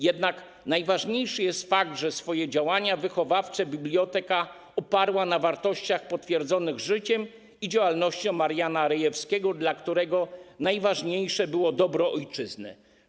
Jednak najważniejszy jest fakt, że swoje działania wychowawcze biblioteka oparła na wartościach potwierdzonych życiem i działalnością Mariana Rejewskiego, dla którego najważniejsze było dobro ojczyzny.